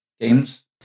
games